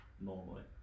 normally